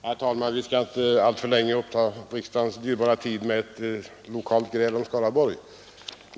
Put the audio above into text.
Herr talman! Vi skall inte alltför länge uppta riksdagens dyrbara tid med lokalt gräl om Skaraborgs län.